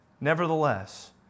Nevertheless